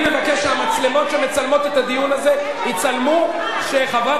אני מבקש שהמצלמות שמצלמות את הדיון הזה יצלמו שחברת